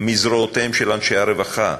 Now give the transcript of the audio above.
מזרועותיהם של אנשי הרווחה,